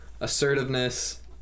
assertiveness